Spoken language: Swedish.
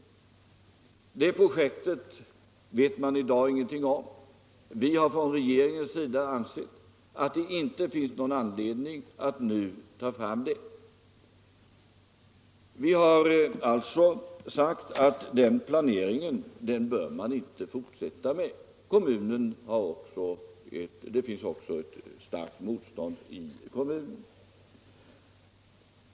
Det projektet vet man i dag ingenting om. Vi har från regeringens sida ansett att det inte finns någon anledning att föra fram det. Vi har alltså sagt att den planeringen bör man inte fortsätta med. Det finns också ett starkt motstånd i kommunen.